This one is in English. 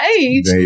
age